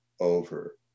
over